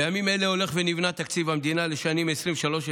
בימים אלה הולך ונבנה תקציב המדינה לשנים 2024-2023,